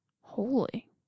holy